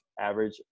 average